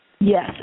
Yes